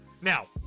Now